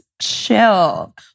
chill